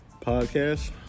podcast